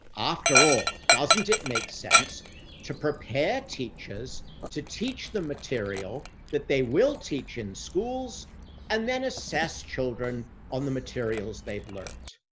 after all, doesn't it make sense to prepare teachers to teach the material that they will teach in schools and then assess children on the materials they've learned.